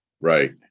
Right